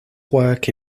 work